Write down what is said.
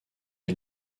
est